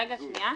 רגע, שנייה.